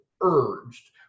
urged